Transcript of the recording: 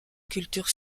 culture